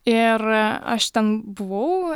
ir aš ten buvau